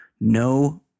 no